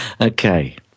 Okay